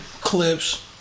Clips